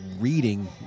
reading